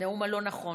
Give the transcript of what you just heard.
הנאום הלא-נכון.